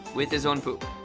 with his own poop.